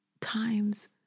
times